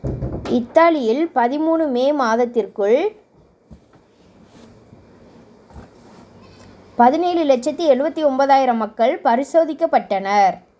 இத்தாலியில் பதிமூணு மே மாதத்திற்குள் பதினேழு லட்சத்தி எழுவத்தி ஒன்பதாயிரம் மக்கள் பரிசோதிக்கப்பட்டனர்